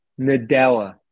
Nadella